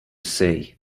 say